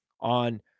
on